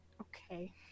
Okay